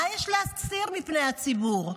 מה יש להסתיר מפני הציבור?